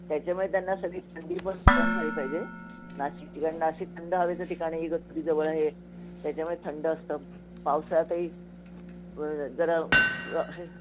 त्याच्यामुळे त्यांना सगळी थंडी पण सहन झाली पाहिजे नाशिक ठिकाण नाशिक थंड हवेचं ठिकाण आहे इगतपुरी जवळ आहे त्याच्यामुळे थंड असतं पावसाळ्यातही जरा हे